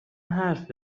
حرف